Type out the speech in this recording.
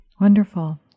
Wonderful